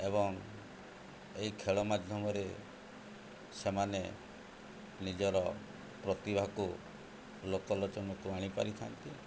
ଏବଂ ଏହି ଖେଳ ମାଧ୍ୟମରେ ସେମାନେ ନିଜର ପ୍ରତିଭାକୁ ଲୋକଲୋଚନକୁ ଆଣିପାରିଥାନ୍ତି